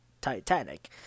Titanic